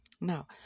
Now